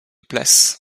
places